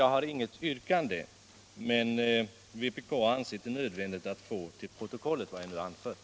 Jag har inget yrkande, men vpk har ansett det nödvändigt att få till protokollet vad jag nu anfört.